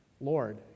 Lord